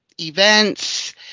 events